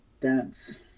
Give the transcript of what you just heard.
dance